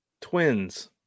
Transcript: Twins